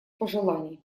пожеланий